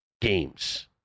games